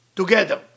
together